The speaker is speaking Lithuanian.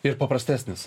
ir paprastesnis